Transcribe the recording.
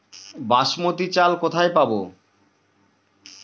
বাসমতী চাল কোথায় পাবো?